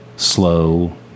Slow